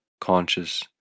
Conscious